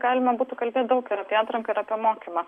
galima būtų kalbėti daug apie atranką ir apiemokymą